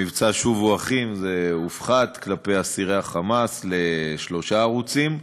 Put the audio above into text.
במבצע "שובו אחים" זה הופחת לאסירי ה"חמאס" לשלושה ערוצים,